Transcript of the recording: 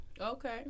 Okay